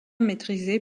maîtrisé